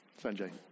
sanjay